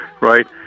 right